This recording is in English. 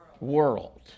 world